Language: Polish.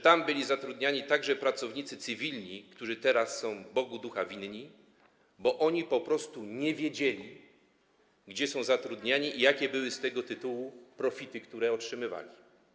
Tam byli zatrudniani także pracownicy cywilni, którzy teraz są Bogu ducha winni, bo oni po prostu nie wiedzieli, gdzie są zatrudniani i jakie były z tego tytułu profity, które otrzymywali.